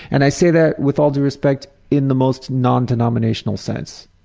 and i say that with all due respect in the most non-denominational sense.